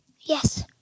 Yes